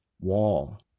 wall